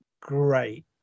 great